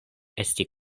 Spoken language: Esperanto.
esti